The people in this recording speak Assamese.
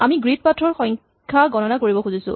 আমি গ্ৰীড পাথ ৰ সংখ্যা গণনা কৰিব খুজিছো